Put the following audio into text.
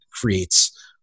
creates